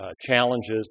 challenges